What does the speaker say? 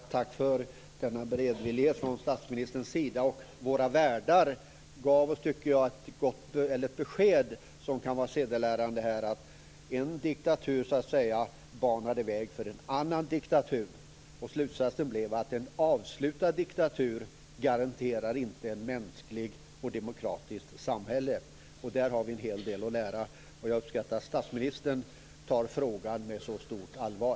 Fru talman! Låt mig bara säga tack för denna beredvillighet från statsministerns sida. Våra värdar gav oss ett besked som kan vara sedelärande: En diktatur banade här väg för en annan diktatur, och slutsatsen blir att en avslutad diktatur inte garanterar ett mänskligt och demokratiskt samhälle. Där har vi en hel del att lära. Jag uppskattar att statsministern tar frågan på så stort allvar.